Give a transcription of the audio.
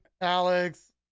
Alex